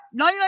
99%